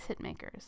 hitmakers